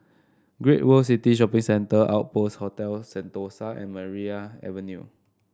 Great World City Shopping Centre Outpost Hotel Sentosa and Maria Avenue